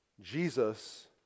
Jesus